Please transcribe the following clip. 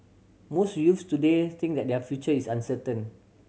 most youths today think that their future is uncertain